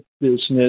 Business